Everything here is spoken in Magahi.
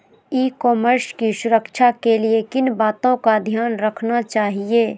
ई कॉमर्स की सुरक्षा के लिए किन बातों का ध्यान रखना चाहिए?